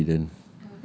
so confident